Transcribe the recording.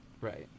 Right